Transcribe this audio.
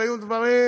והיו דברים,